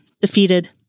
defeated